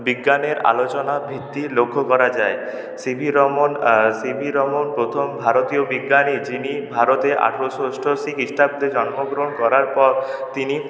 বিজ্ঞানের আলোচনাভিত্তি লক্ষ করা যায় সিভি রমন সিভি রমন প্রথম ভারতীয় বিজ্ঞানী যিনি ভারতে আঠেরোশো অষ্টআশি খ্রিস্টাব্দে জন্মগ্রহণ করার পর তিনি